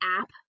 app